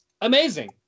amazing